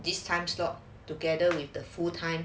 this time slot together with the full time